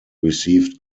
received